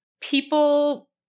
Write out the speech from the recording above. people